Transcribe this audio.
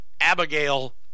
abigail